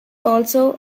also